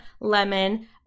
lemon